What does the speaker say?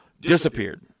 disappeared